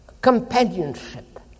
companionship